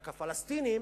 רק הפלסטינים,